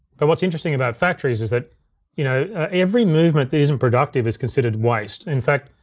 but what's interesting about factories is that you know every movement that isn't productive is considered waste. in fact,